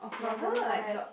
we're going for that